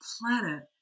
planet